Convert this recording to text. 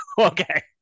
Okay